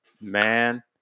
Man